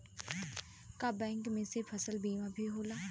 का बैंक में से फसल बीमा भी होला?